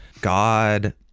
God